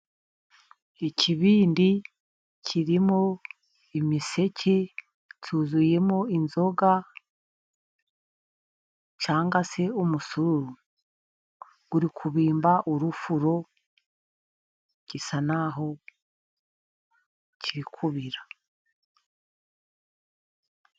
Ikibindi kirimo imiseke, cyuzuyemo inzoga cyangwa se umusuru. Uri kubimba urufuro ,gisa n'aho kirikubira.